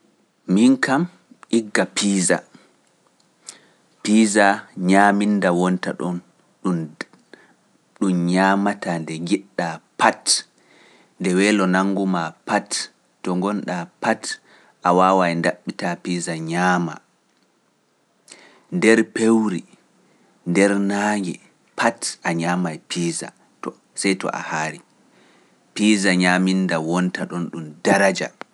Piiza ñaaminda wonta ɗon ɗum ñaamata nde njiɗa pat, nde weelo nanngu maa pat, to ngonɗaa pat a waawaay nyaama piiza to sey to a haari. piisa ñaminda wonta ɗon ɗum daraja.